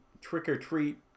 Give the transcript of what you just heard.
trick-or-treat